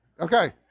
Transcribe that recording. Okay